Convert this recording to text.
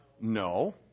no